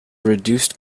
reduced